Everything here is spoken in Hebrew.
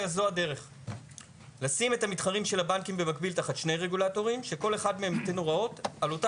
הדרך הכי טובה להבין את זה היא באמצעות איזה שהוא מסע לקוח; מה,